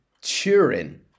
Turin